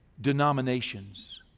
denominations